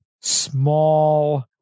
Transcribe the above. small